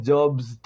Jobs